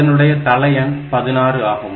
அதனுடைய தள எண் 16 ஆகும்